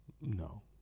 No